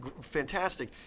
fantastic